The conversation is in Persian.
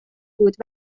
بود